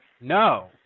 No